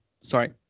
sorry